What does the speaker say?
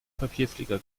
papierflieger